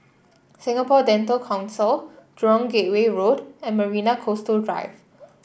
Singapore Dental Council Jurong Gateway Road and Marina Coastal Drive